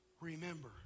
remember